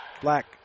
Black